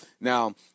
Now